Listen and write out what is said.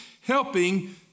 helping